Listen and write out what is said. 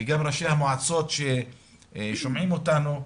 וגם ראשי המועצות ששומעים אותנו,